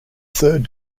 third